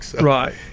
Right